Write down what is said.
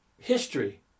History